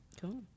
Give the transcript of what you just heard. Cool